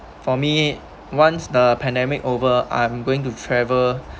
for me once the pandemic over I'm going to travel